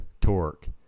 torque